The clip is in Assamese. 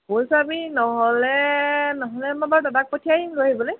কৈছোঁ আমি নহ'লে নহ'লে মই বাৰু দাদাক পঠিয়াই দিম লৈ আহিবলৈ